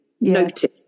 noted